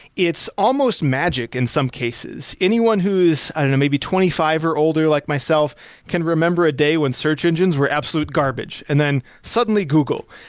it's almost magic in some cases. anyone who i don't know. maybe twenty five or older like myself can remember a day when search engines were absolute garbage and then suddenly google.